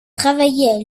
travailler